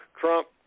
Trump